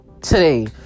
today